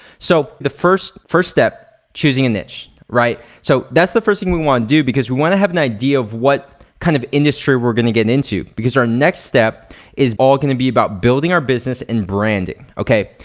so, the first first step, choosing a niche, right? so, that's the first thing we wanna do because we wanna have an idea of what kind of industry we're gonna get into because our next step is all gonna be about building our business and branding, okay?